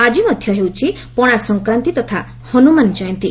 ଆକି ମଧ୍ଧ ହେଉଛି ପଶା ସଂକ୍ରାନ୍ତି ତଥା ହନୁମାନ କୟନ୍ତୀ